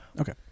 Okay